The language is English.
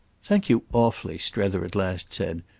thank you awfully, strether at last said.